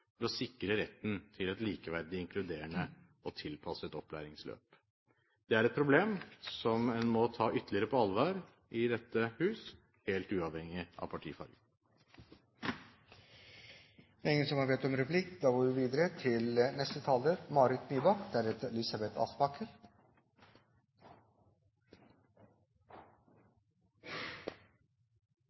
å sikre retten til et likeverdig, inkluderende og tilpasset opplæringsløp. Det er et problem som en må ta ytterligere på alvor i dette hus, helt uavhengig av partifarge. La meg først få takke saksordføreren, som